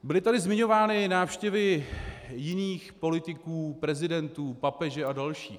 Byly tady zmiňovány návštěvy jiných politiků, prezidentů, papeže a dalších.